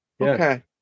Okay